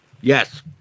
Yes